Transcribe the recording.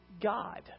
God